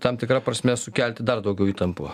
tam tikra prasme sukelti dar daugiau įtampų